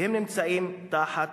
והם נמצאים תחת